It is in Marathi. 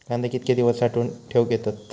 कांदे कितके दिवस साठऊन ठेवक येतत?